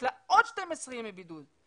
יש לה עוד 12 ימי בידוד,